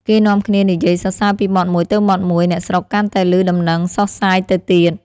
គេនាំគ្នានិយាយសរសើរពីមាត់មួយទៅមាត់មួយ អ្នកស្រុកកាន់តែឮដំណឹងសុសសាយទៅទៀត។